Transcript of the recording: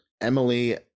Emily